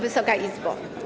Wysoka Izbo!